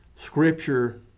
Scripture